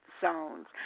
Zones